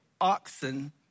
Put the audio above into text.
oxen